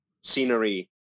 scenery